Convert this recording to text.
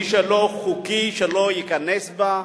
מי שלא חוקי שלא ייכנס בה,